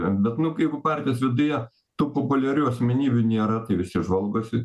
bet nu kai jeigu partijos viduje tų populiarių asmenybių nėra tai visi žvalgosi